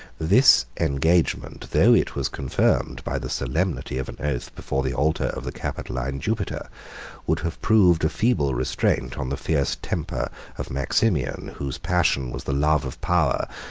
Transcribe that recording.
this engagement, though it was confirmed by the solemnity of an oath before the altar of the capitoline jupiter would have proved a feeble restraint on the fierce temper of maximian, whose passion was the love of power,